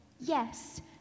Yes